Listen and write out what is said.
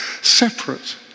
separate